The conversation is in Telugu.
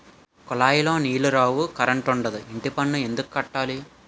కులాయిలో నీలు రావు కరంటుండదు ఇంటిపన్ను ఎందుక్కట్టాల